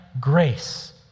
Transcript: grace